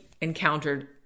encountered